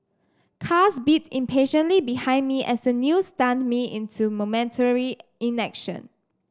cars beeped impatiently behind me as the news stunned me into momentary inaction